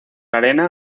arena